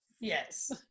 yes